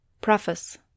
Preface